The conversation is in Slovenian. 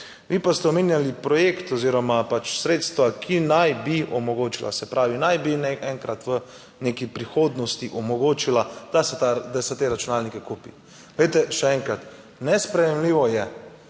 Vi pa ste omenjali projekt oziroma pač sredstva, ki naj bi omogočila, se pravi, naj bi na enkrat v neki prihodnosti omogočila, da se te računalnike kupi. Glejte, še enkrat, nesprejemljivo je,